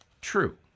true